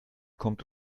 kommt